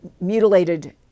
mutilated